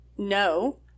No